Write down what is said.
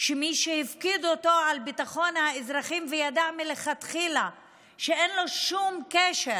שמי שהוא הפקיד אותו על ביטחון האזרחים וידע מלכתחילה שאין לו שום קשר